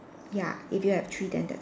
ya if you have three then that